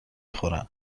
خورم